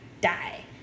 die